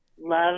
love